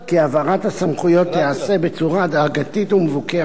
העברת הסמכויות תיעשה בצורה הדרגתית ומבוקרת,